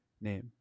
name